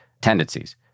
tendencies